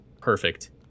Perfect